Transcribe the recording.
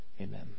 Amen